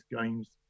games